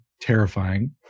terrifying